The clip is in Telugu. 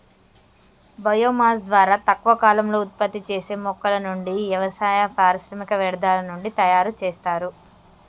బయో మాస్ ద్వారా తక్కువ కాలంలో ఉత్పత్తి చేసే మొక్కల నుండి, వ్యవసాయ, పారిశ్రామిక వ్యర్థాల నుండి తయరు చేస్తారు